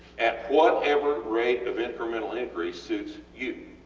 at whatever rate of incremental increase suits you.